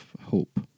hope